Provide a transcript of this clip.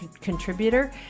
contributor